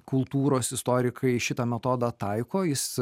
kultūros istorikai šitą metodą taiko jis